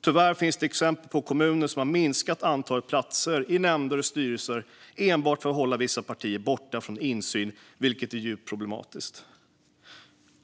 Tyvärr finns det exempel på kommuner som har minskat antalet platser i nämnder och styrelser enbart för att hålla vissa partier borta från insyn, vilket är djupt problematiskt.